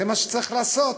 זה מה שצריך לעשות.